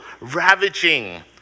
ravaging